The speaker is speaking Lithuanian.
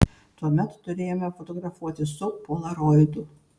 tuomet turėjome fotografuoti su polaroidu